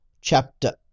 chapter